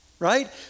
Right